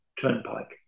turnpike